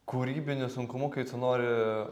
kūrybiniu sunkumu kai tu nori